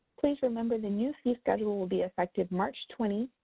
please remember the new fee schedule will be effective march twenty,